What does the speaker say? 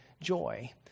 joy